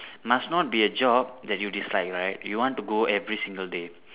must not be a job that you dislike right you want to go every single day